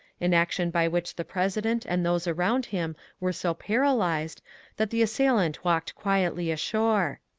an action by which the president and those around him were so paralyzed that the assailant walked quietly ashore.